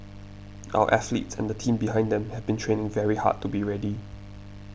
our athletes and the team behind them have been training very hard to be ready